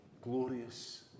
glorious